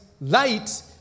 light